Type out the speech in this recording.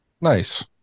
Nice